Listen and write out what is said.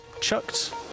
chucked